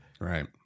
Right